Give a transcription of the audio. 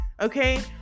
Okay